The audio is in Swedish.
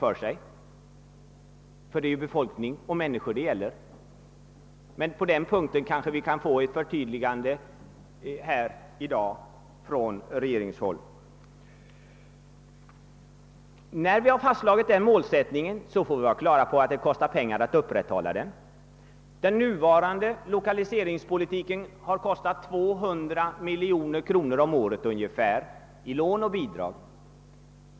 Det är nämligen befolkningen och människorna det gäller. På den punkten kanske vi kan få ett förtydligande från regeringshåll här i dag? När vi har fastslagit målsättningen måste vi vara på det klara med att det kostar pengar att upprätthålla den. Den nuvarande = lokaliseringspolitiken har kostat ungefär 200 miljoner kronor om året i lån och bidrag.